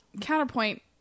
counterpoint